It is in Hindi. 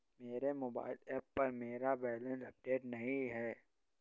मेरे मोबाइल ऐप पर मेरा बैलेंस अपडेट नहीं है